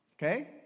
Okay